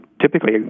typically